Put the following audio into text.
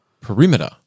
perimeter